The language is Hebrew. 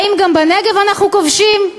האם גם בנגב אנחנו כובשים?